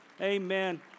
Amen